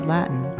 Latin